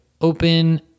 open